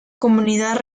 comunidad